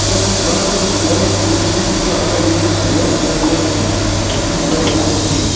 اگر تُہۍ ٹرٛانٛسپورٹ أنِو اورَے تتہِ وُچھو اگر یہِ چھُ یورُک ضروٗرت یورٕ تہِ دِمو تٔمِچ پریشٲنی چھَنہٕ کِہیٖنۍ